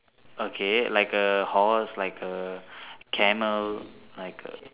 okay like a horse like a camel like a